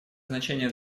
значение